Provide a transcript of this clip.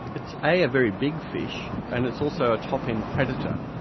it's a a very big fish and it's also a top-end predator.